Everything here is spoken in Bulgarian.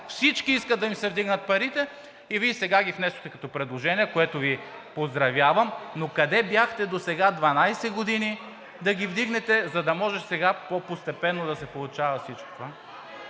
Всички искат да им се вдигнат парите, а Вие сега ги внесохте като предложение, за което Ви поздравявам. Но къде бяхте досега – 12 години, да ги вдигнете, за да може сега по-постепенно да се получава всичко това?